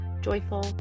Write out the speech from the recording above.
joyful